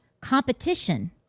competition